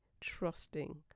trusting